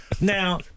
Now